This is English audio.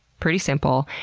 pretty simple.